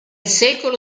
secolo